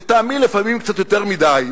לטעמי לפעמים קצת יותר מדי,